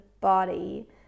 body